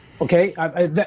okay